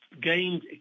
gained